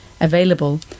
available